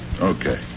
Okay